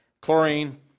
chlorine